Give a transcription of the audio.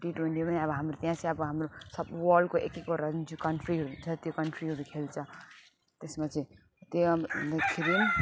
T twenty पनि अब हाम्रो त्यहाँ चाहिँ अब हाम्रो सब वर्ल्डको एक एकवटा जुन चाहिँ कन्ट्रीहरू हुन्छ त्यो कन्ट्रीहरू खेल्छ त्यसमा चाहिँ त्यही अब